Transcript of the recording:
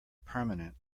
permanent